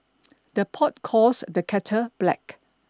the pot calls the kettle black